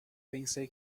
pensei